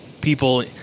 people